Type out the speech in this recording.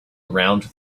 around